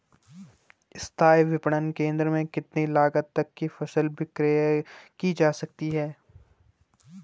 स्थानीय विपणन केंद्र में कितनी लागत तक कि फसल विक्रय जा सकती है?